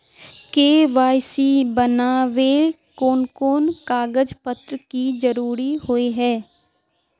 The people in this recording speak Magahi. के.वाई.सी बनावेल कोन कोन कागज पत्र की जरूरत होय है?